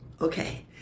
Okay